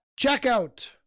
checkout